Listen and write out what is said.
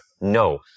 No